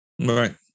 Right